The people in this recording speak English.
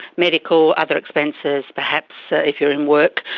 medical, other expenses perhaps if you're in work,